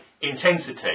intensity